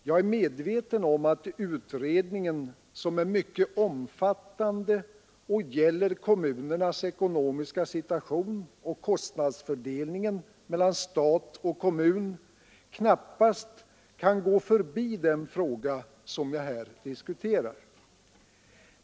Jag är medveten om att utredningen, som är mycket omfattande och gäller kommunernas ekonomiska situation samt kostnadsfördelningen mellan stat och kommun, knappast kan gå förbi den fråga som jag här diskuterar.